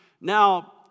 Now